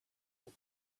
woot